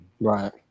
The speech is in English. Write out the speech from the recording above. Right